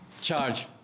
Charge